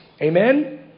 Amen